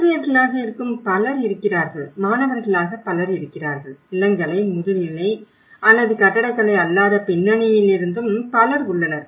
ஆசிரியர்களாக இருக்கும் பலர் இருக்கிறார்கள் மாணவர்களாக பலர் இருக்கிறார்கள் இளங்கலை முதுநிலை அல்லது கட்டடக்கலை அல்லாத பின்னணியிலிருந்தும் பலர் உள்ளனர்